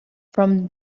from